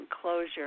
closure